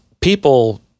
people